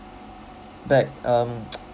back um